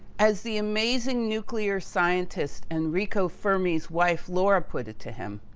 as the amazing nuclear scientists, enrico fermi's wife, laura put it to him,